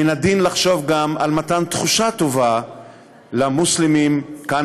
מן הדין לחשוב גם על מתן תחושה טובה למוסלמים כאן,